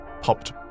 popped